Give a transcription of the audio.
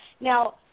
Now